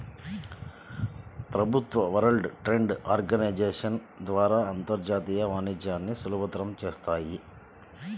ప్రభుత్వాలు world trade organization ద్వారా అంతర్జాతీయ వాణిజ్యాన్ని సులభతరం చేత్తాయి